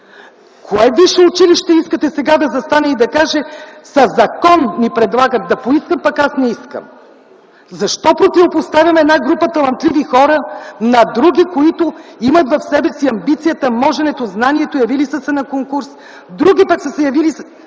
Кое висше училище искате сега да застане и да каже: със закон ми предлагат да поискам, пък аз не искам. Защо противопоставяме една група талантливи хора на други, които имат в себе си амбицията, моженето, знанието, явили са се на конкурс? Други пък са се явили,